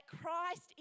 Christ